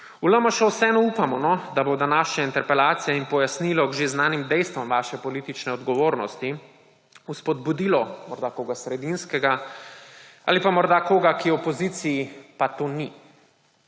V LMŠ vseeno upamo, da bo današnja interpelacija in pojasnilo k že znanim dejstvom vaše politične odgovornosti spodbudilo morda koga sredinskega ali pa morda koga, ki je v opoziciji, pa to ni,